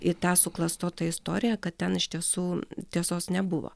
į tą suklastotą istoriją kad ten iš tiesų tiesos nebuvo